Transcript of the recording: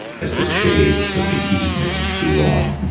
as the shades of the evening drew on.